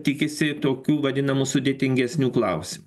tikisi tokių vadinamų sudėtingesnių klausim